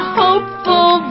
hopeful